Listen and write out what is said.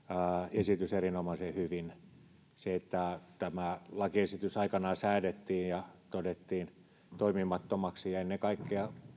esitys erinomaisen hyvin kun tämä lakiesitys aikanaan säädettiin se todettiin toimimattomaksi ja ennen kaikkea